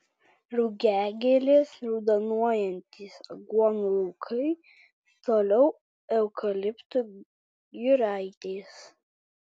rugiagėlės raudonuojantys aguonų laukai toliau eukaliptų giraitės